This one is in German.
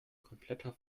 kompletter